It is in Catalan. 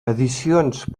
edicions